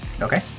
Okay